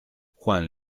juan